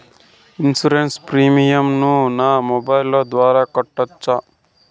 Insurance premium ను నా mobile ద్వారా కట్టొచ్చా?